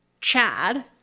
Chad